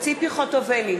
ציפי חוטובלי,